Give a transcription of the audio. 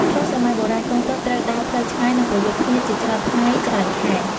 ក្នុងសម័យបុរាណ កងទ័ពត្រូវដើរផ្លូវឆ្ងាយ និងប្រយុទ្ធគ្នាជាច្រើនថ្ងៃច្រើនខែ។